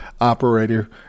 operator